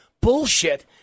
Bullshit